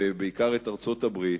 ובעיקר את ארצות-הברית,